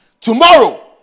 Tomorrow